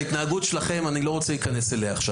ההתנהגות שלכם אני לא רוצה להיכנס אליה עכשיו.